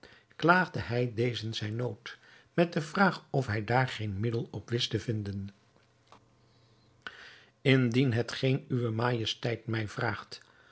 klaagde hij dezen zijn nood met de vraag of hij daar geen middel op wist te vinden indien hetgeen uwe majesteit mij vraagt